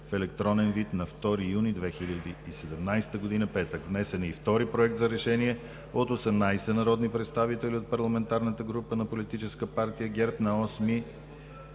в електронен вид на 2 юни 2017 г., петък. Внесен е и втори Проект за решение от 18 народни представители от парламентарната група на Политическа партия ГЕРБ на 8